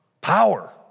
Power